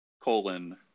colon